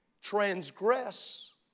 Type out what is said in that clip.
transgress